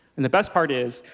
and the best part is,